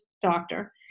doctor